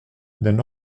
d’un